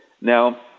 Now